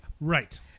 Right